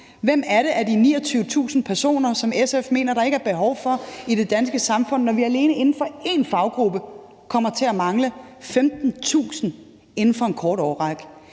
Hvem af de 29.000 personer er det, som SF mener der ikke er behov for i det danske samfund, når vi alene inden for én faggruppe inden for en kort årrække